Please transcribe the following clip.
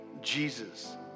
Jesus